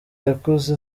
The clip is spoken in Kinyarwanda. yakuze